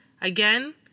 Again